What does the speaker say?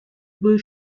blue